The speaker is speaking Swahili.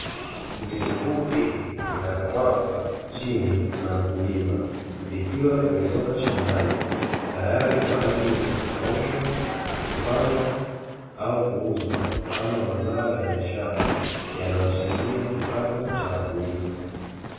Vitunguu vingi vinavyo mwagwa chini na mkulima, Vikiwa vimetoka shambani tayali kwaajili ya kukaushwa kupangwa au kuuzwa kama mazao ya biashara yanayo changia kipato cha wakulima.